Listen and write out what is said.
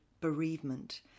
bereavement